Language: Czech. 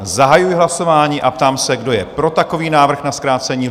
Zahajuji hlasování a ptám se, kdo je pro takový návrh na zkrácení lhůt?